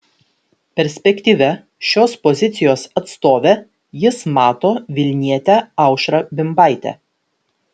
perspektyvia šios pozicijos atstove jis mato vilnietę aušrą bimbaitę